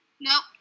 Nope